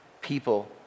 people